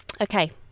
okay